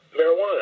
marijuana